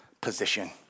position